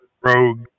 Rogue